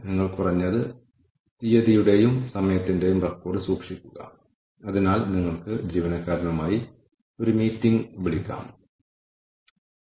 നമ്മൾ നിർവചിച്ച പാരാമീറ്ററുകളുടെ അടിസ്ഥാനത്തിൽ ഓരോ പ്രവർത്തനവും നമ്മൾ വിലയിരുത്തുകയും ആ പ്രവർത്തനം നമ്മൾക്ക് എത്രത്തോളം വിലപ്പെട്ടതാണെന്ന് കാണുകയും ചെയ്യുന്നു